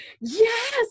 yes